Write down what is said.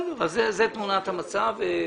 זאת תמונת המצב.